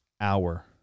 hour